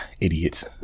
idiots